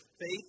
faith